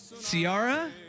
Ciara